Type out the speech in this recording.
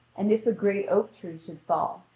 and if a great oak tree should fall,